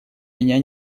меня